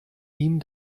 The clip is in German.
ihm